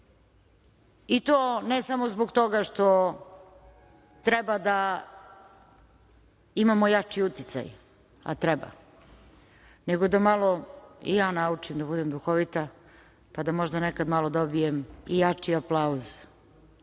i to ne samo zbog toga što treba da imamo jači uticaj, a treba, nego da malo i ja naučim da budem duhovita, pa da možda nekad malo dobijem i jači aplauz,